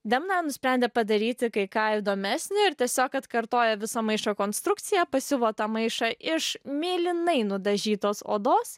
demna nusprendė padaryti kai ką įdomesnio ir tiesiog atkartoja viso maišo konstrukciją pasiuvo tą maišą iš mėlynai nudažytos odos